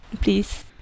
please